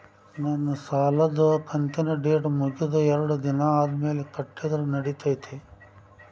ನನ್ನ ಸಾಲದು ಕಂತಿನ ಡೇಟ್ ಮುಗಿದ ಎರಡು ದಿನ ಆದ್ಮೇಲೆ ಕಟ್ಟಿದರ ನಡಿತೈತಿ?